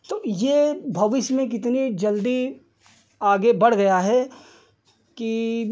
तो यह भविष्य में कितनी जल्दी आगे बढ़ गया है कि